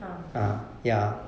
ah